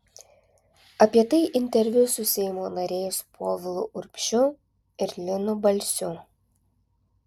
apie tai interviu su seimo nariais povilu urbšiu ir linu balsiu